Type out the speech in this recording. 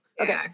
okay